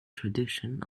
tradition